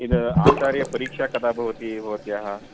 इद् आचार्यपरीक्षा कदा भवति भवत्याः